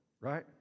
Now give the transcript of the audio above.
right